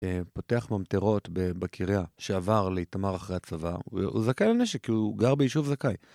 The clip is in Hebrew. פותח ממטרות בקראה שעבר לאיתמר אחרי הצבא, הוא זכאי לנשק כי הוא גר ביישוב זכאי.